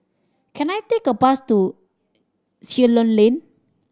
can I take a bus to Ceylon Lane